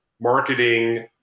marketing